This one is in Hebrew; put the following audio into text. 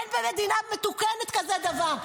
אין במדינה מתוקנת כזה דבר.